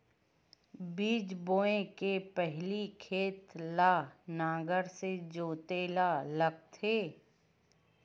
बीज बोय के पहिली खेत ल नांगर से जोतेल लगथे?